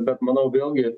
bet manau vėlgi